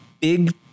big